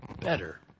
better